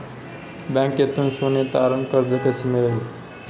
बँकेतून सोने तारण कर्ज कसे मिळेल?